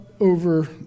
over